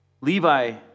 Levi